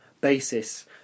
basis